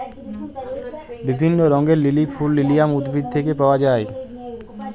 বিভিল্য রঙের লিলি ফুল লিলিয়াম উদ্ভিদ থেক্যে পাওয়া যায়